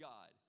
God